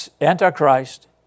Antichrist